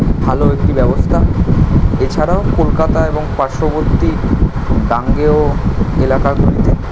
ভালো একটি ব্যবস্থা এছাড়াও কলকাতা এবং পার্শ্ববর্তী গাঙ্গেয় এলাকাগুলিতে